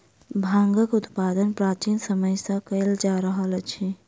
भांगक उत्पादन प्राचीन समय सॅ कयल जा रहल अछि